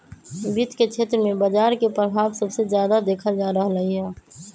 वित्त के क्षेत्र में बजार के परभाव सबसे जादा देखल जा रहलई ह